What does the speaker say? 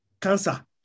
Cancer